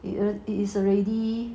it is already